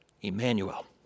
Emmanuel